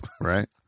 Right